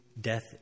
death